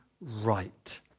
right